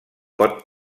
pot